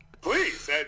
please